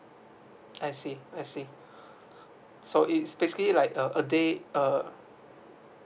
I see I see so it's basically like a day uh